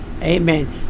Amen